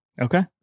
okay